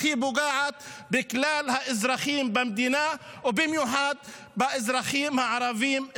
הכי פוגעת בכלל האזרחים במדינה ובמיוחד באזרחים הערבים,